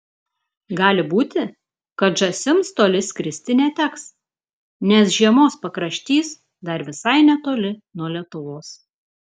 gali būti kad žąsims toli skristi neteks nes žiemos pakraštys dar visai netoli nuo lietuvos